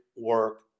work